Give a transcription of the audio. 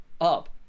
up